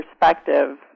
perspective